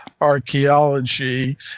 archaeology